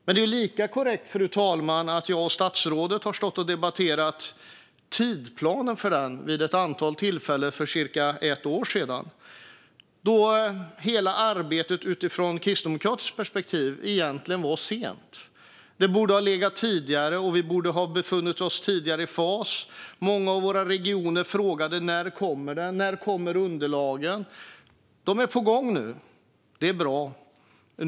Det är lika korrekt att jag och statsrådet debatterade tidsplanen för den vid ett antal tillfällen för cirka ett år sedan, och då var hela arbetet, i ett kristdemokratiskt perspektiv, redan försenat. Det borde ha påbörjats tidigare, och man borde ha varit i fas tidigare. Många regioner frågade då när underlagen skulle komma. Nu är de på gång, och det är bra.